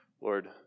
Lord